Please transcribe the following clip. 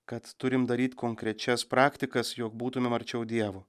kad turim daryt konkrečias praktikas jog būtumėm arčiau dievo